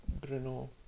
Bruno